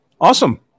Awesome